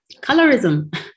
colorism